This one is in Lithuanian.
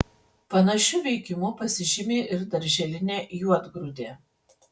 panašiu veikimu pasižymi ir darželinė juodgrūdė